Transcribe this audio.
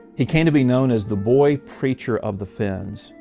he came to be known as the boy-preacher of the fens.